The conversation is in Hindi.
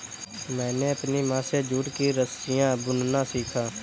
मैंने अपनी माँ से जूट की रस्सियाँ बुनना सीखा